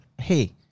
hey